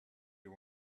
you